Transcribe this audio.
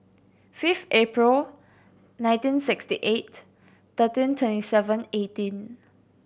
fifth April nineteen sixty eight thirteen twenty seven eighteen